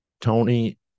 Tony